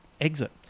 exit